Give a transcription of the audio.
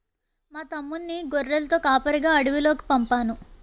మా తమ్ముణ్ణి గొర్రెలతో కాపరిగా అడవిలోకి పంపేను